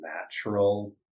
natural